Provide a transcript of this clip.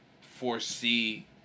foresee